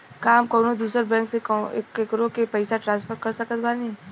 का हम कउनों दूसर बैंक से केकरों के पइसा ट्रांसफर कर सकत बानी?